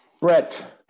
Brett